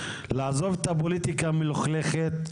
לעזוב את הפוליטיקה המלוכלכת,